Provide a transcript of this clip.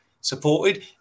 supported